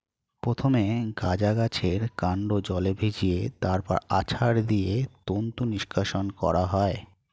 প্রথমে গাঁজা গাছের কান্ড জলে ভিজিয়ে তারপর আছাড় দিয়ে তন্তু নিষ্কাশণ করা হয়